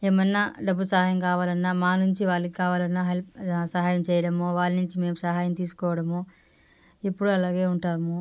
ఏమన్న డబ్బు సహాయం కావాలన్నా మా నుంచి వాళ్ళకి కావాలన్నా హెల్ప్ సహాయం చేయడము వాళ్ళ నుంచి మేం సహాయం తీసుకోవడము ఎప్పుడు అలాగే ఉంటాము